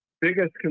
biggest